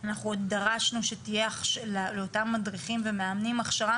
עוד דרשנו שתהיה לאותם מדריכים ומאמנים הכשרה